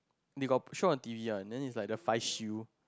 they got put show on T_V one then is like the five shield